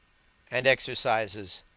and exercises,